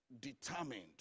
determined